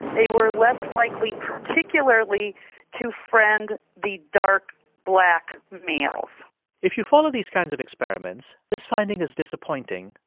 they were less likely particularly to friend the dark black males if you follow these kinds of experiments, this finding is disappointing,